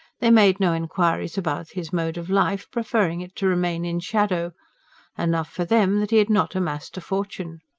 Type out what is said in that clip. they made no inquiries about his mode of life, preferring it to remain in shadow enough for them that he had not amassed a fortune.